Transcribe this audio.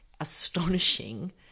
Astonishing